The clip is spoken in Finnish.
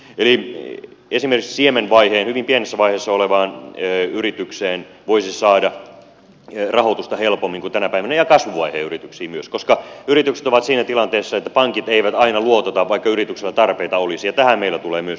esimerkiksi siemenvaiheen yritykseen hyvin pienessä vaiheessa olevaan yritykseen voisi saada rahoitusta helpommin kuin tänä päivänä ja kasvuvaiheen yrityksiin myös koska yritykset ovat siinä tilanteessa että pankit eivät aina luotota vaikka yrityksillä tarpeita olisi ja tähän meiltä tulee myös ratkaisuja